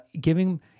giving